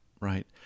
Right